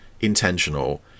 intentional